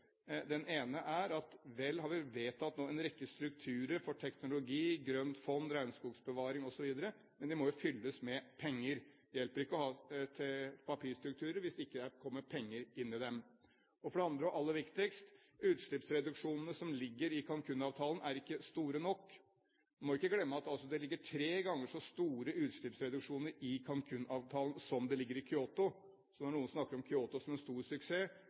Den ene er: Vel har vi nå vedtatt en rekke strukturer for teknologi, grønt fond, regnskogbevaring osv., men de må jo fylles med penger. Det hjelper ikke å ha papirstrukturer hvis ikke det kommer penger inn i dem. Den andre og aller viktigste er at utslippsfunksjonene som ligger i Cancún-avtalen, er ikke store nok. Vi må ikke glemme at det ligger tre ganger så store utslippsreduksjoner i Cancún-avtalen som det ligger i Kyoto-avtalen. Så når noen snakker om Kyoto-avtalen som en stor suksess,